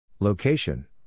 Location